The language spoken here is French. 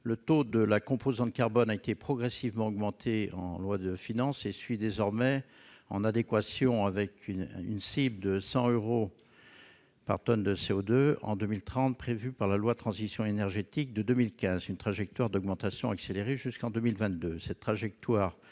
Le taux de la composante carbone a été progressivement augmenté par les lois de finances et suit désormais, en adéquation avec une cible de 100 euros par tonne de CO2 en 2030 prévue par la loi relative à la transition énergétique pour la croissance verte de 2015, une trajectoire d'augmentation accélérée jusqu'en 2022.